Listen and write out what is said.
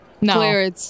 No